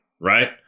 Right